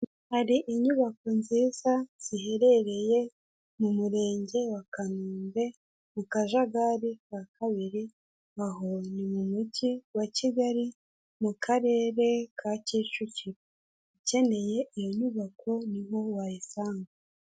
Hari inyubako nziza ziherereye mu murenge wa Kanombe, mu Kajagari ka kabiri. Aho ni mu mugi wa Kigali, mu karere ka Kicukiro. Ukeneye iyo nyubako, ni ho wayisanga.